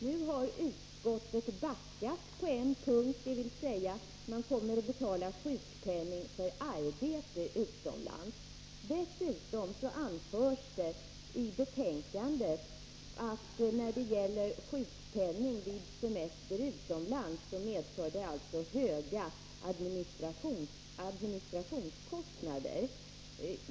Nu har utskottet backat på en punkt — sjukpenning kommer att betalas vid arbete utomlands. I betänkandet anförs det att utbetalandet av sjukpenning vid semester utomlands medför höga administrationskostnader.